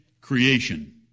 creation